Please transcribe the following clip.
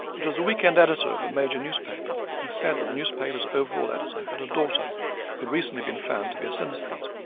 it was the weekend editor of a major newspaper who said that the newspaper's overall editor had a daughter who had recently been found to be a synaesthete.